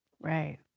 Right